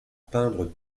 peindre